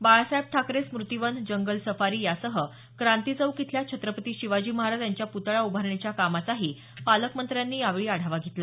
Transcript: बाळासाहेब ठाकरे स्मूतीवन जंगल सफारी यासह क्रांती चौक इथल्या छत्रपती शिवाजी महाराज यांच्या प्तळा उभारणीच्या कामाचाही पालकमंत्र्यांनी यावेळी आढावा घेतला